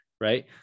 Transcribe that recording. right